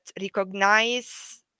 recognize